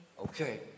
Okay